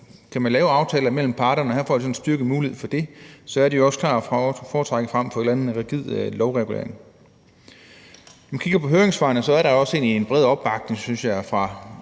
Kan man lave aftaler mellem parterne – og her får vi altså en styrket mulighed for det – så er det jo klart at foretrække frem for en eller anden rigid lovregulering. Når man kigger på høringssvarene, synes jeg egentlig også, der er en bred opbakning fra